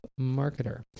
marketer